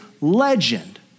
legend